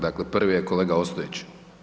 Dakle prvi je kolega Ostojić.